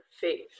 faith